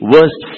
Verse